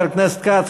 חבר הכנסת כץ,